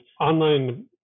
online